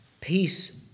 Peace